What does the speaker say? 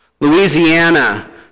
Louisiana